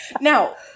Now